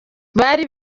bari